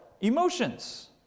emotions